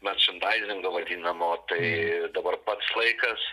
načindaizingą vadinamo tai dabar pats laikas